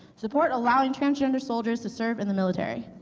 support allowing transgender soldiers to serve in the military.